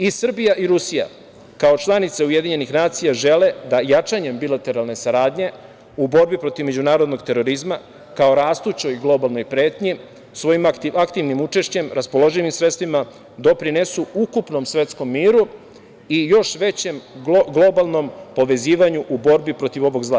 I Srbija i Rusija kao članice UN žele da jačanjem bilateralne saradnje u borbi protiv međunarodnog terorizma kao rastućoj globalnoj pretnji svojim aktivnim učešćem, raspoloživim sredstvima doprinesu ukupnom svetskom miru i još većem globalnom povezivanju u borbi protiv ovog zla.